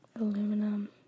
Aluminum